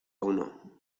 uno